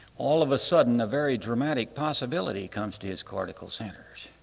all of a sudden a very dramatic possibility comes to his cortical centers.